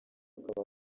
akaba